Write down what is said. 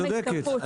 היא צודקת.